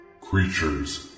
Creatures